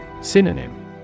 Synonym